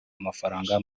amafaranga